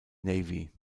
navy